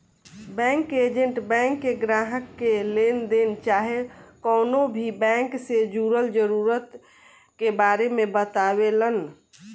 bank के agent bank के ग्राहक के लेनदेन चाहे कवनो भी बैंक से जुड़ल जरूरत के बारे मे बतावेलन